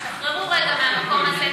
תשתחררו רגע מהמקום הזה,